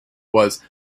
was